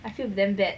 I feel damn bad